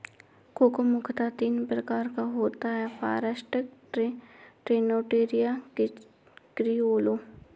cocoa मुख्यतः तीन प्रकार का होता है फारास्टर, ट्रिनिटेरियो, क्रिओलो